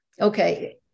Okay